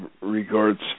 regards